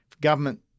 Government